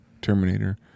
Terminator